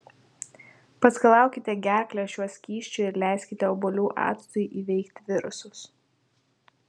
paskalaukite gerklę šiuo skysčiu ir leiskite obuolių actui įveikti virusus